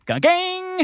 gang